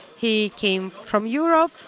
he came from europe.